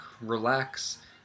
relax